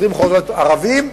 20 ערבים,